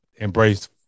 embrace